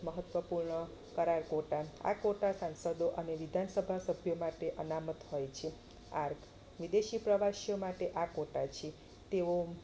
મહત્વપૂર્ણ કરાર કોટા આ કોટા સાંસદો અને વિધાનસભા સભ્યો માટે અનામત હોય છે આર વિદેશી પ્રવાસીઓ માટે આ કોટા છે તેઓ